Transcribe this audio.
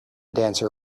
dancer